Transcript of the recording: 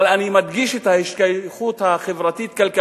אבל אני מדגיש את ההשתייכות החברתית-הכלכלית,